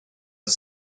the